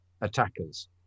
attackers